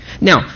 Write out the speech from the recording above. Now